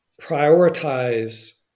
prioritize